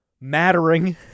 mattering